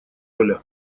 оля